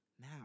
now